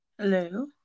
Hello